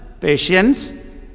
patience